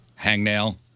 hangnail